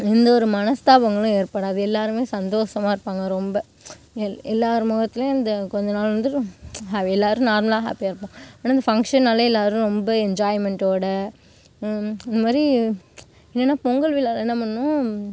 எந்த ஒரு மனஸ்தாபங்களும் ஏற்படாது எல்லாருமே சந்தோஷமா இருப்பாங்க ரொம்ப எல்லார் முகத்துலயும் கொஞ்சம் நாள் வந்து எல்லோரும் நார்மலாக ஹாப்பியாக இருப்பாங்க ஆனா இந்த ஃபங்க்ஷன்னாலே எல்லோரும் ரொம்ப என்ஜாய்மெண்ட்டோட இந்தமாதிரி என்னன்னா பொங்கல் விழாவில் என்ன பண்ணும்